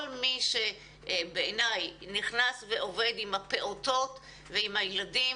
כל מי שבעיניי נכנס ועובד עם הפעוטות ועם הילדים,